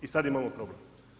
I sad imamo problem.